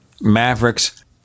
Mavericks